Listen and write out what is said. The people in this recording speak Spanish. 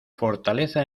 fortaleza